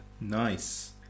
Nice